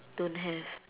don't have